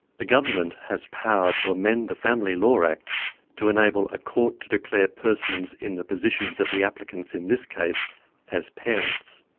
the government has power to amend the family law act to enable a court to declare persons in the positions of the applicants in this case as parents.